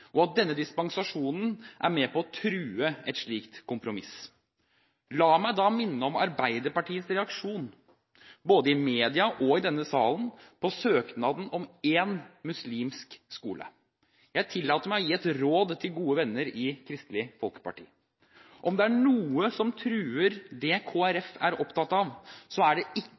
og at denne dispensasjonen er med på å true et slikt kompromiss. La meg da minne om Arbeiderpartiets reaksjon, både i media og i denne sal, på søknaden om én muslimsk skole. Jeg tillater meg å gi et råd til gode venner i Kristelig Folkeparti: Om det er noe som truer det Kristelig Folkeparti er opptatt av, så er det ikke